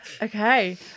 Okay